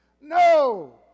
No